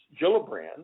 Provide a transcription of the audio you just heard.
Gillibrand